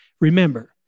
Remember